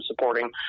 supporting